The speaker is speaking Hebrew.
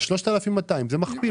לא התקבל.